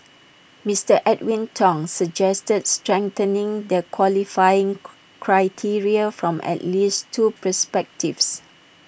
Mister Edwin Tong suggested strengthening the qualifying criteria from at least two perspectives